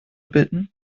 bitten